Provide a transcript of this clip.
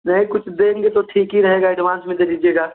नहीं कुछ देंगे तो ठीक ही रहेगा एडवांस में दे दीजिएगा